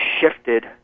shifted